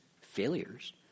failures